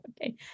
Okay